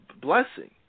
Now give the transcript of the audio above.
blessing